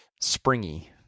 springy